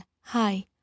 Hi